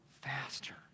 faster